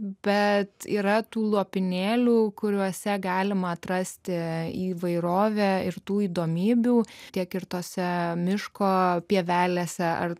bet yra tų lopinėlių kuriuose galima atrasti įvairovę ir tų įdomybių tiek ir tose miško pievelėse ar